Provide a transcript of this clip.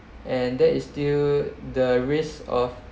and there is still the risk of